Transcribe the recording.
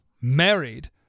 married